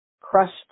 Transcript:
crushed